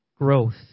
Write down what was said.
Growth